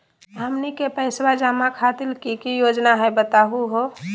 हमनी के पैसवा जमा खातीर की की योजना हई बतहु हो?